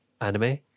anime